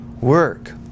work